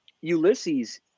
Ulysses